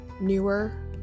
Newer